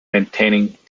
maintaining